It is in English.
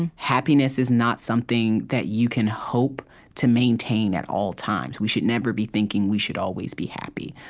and happiness is not something that you can hope to maintain at all times. we should never be thinking we should always be happy.